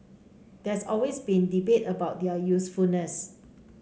there's always been debate about their usefulness